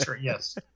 yes